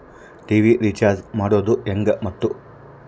TV recharge ಮಾಡೋದು ಹೆಂಗ ಮತ್ತು?